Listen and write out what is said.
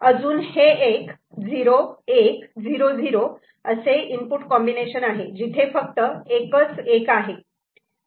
अजून हे एक 0 1 0 0 असे इनपुट कॉम्बिनेशन आहे जिथे फक्त एकच '1' आहे